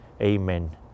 Amen